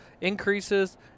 increases